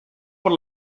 por